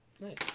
Nice